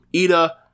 Ida